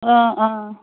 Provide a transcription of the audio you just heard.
অঁ অঁ